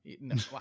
No